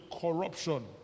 corruption